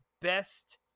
Best